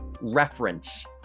reference